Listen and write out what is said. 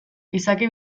izaki